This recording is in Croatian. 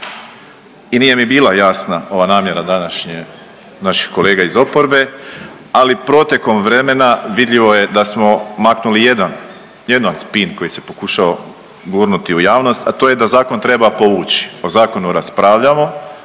I nije mi bila jasna ova namjera današnje, naših kolega iz oporbe, ali protekom vremena vidljivo je da smo maknuli jedan, jedan spin koji se pokušao u javnost, a to je da zakon treba povući. O zakonu raspravljamo,